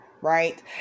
right